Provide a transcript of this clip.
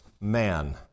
man